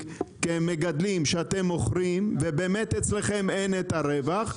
כמגדלים שאתם מוכרים ובאמת אצלכם אין את הרווח,